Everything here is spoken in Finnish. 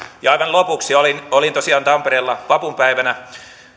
aivan lopuksi olin olin tosiaan tampereella vapunpäivänä